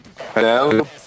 Hello